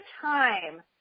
time